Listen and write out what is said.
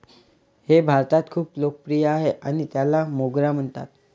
हे भारतात खूप लोकप्रिय आहे आणि त्याला मोगरा म्हणतात